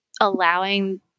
allowing